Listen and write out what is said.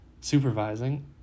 supervising